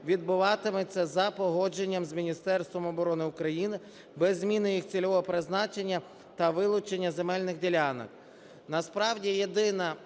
відбуватиметься за погодженням з Міністерством оборони України, без зміни їх цільового призначення та вилучення земельних ділянок.